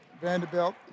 Vanderbilt